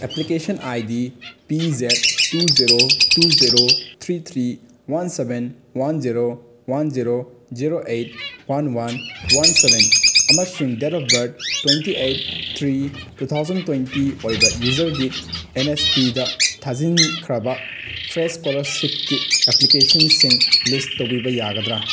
application I D P Z two zero two zero three three one seven one zero one zero zero eight one one one seven ꯑꯃꯁꯨꯡ date of birth twenty eight three two thousand twenty ꯑꯣꯏꯕ ꯌꯨꯖꯔꯒꯤ N S ꯄꯤꯗ ꯊꯥꯖꯤꯟꯈ꯭ꯔꯕ fresh ꯏꯁꯀꯣꯂꯔꯁꯤꯞꯀꯤ ꯑꯦꯄ꯭ꯂꯤꯀꯦꯁꯟꯁꯤꯡ ꯂꯤꯁ ꯇꯧꯕꯤꯕ ꯌꯥꯒꯗ꯭ꯔꯥ